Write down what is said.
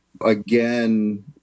Again